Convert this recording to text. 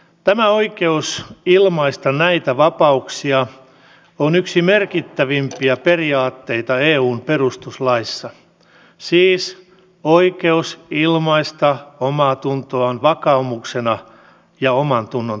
tämä oikeus ilmaista näitä vapauksia on yksi merkittävimpiä periaatteita eun perustuslaissa siis oikeus ilmaista omaatuntoaan vakaumuksena ja omantunnontekona